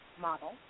model